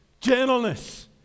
gentleness